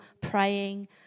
praying